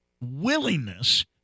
willingness